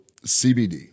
CBD